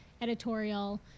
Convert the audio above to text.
editorial